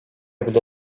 bile